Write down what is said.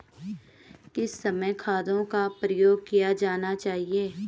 किस समय खादों का प्रयोग किया जाना चाहिए?